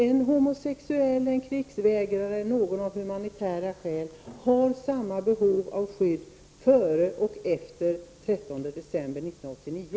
En homosexuell, en krigsvägrare eller någon som anför humanitära skäl har samma behov av skydd före som efter den 13 september 1989.